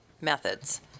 methods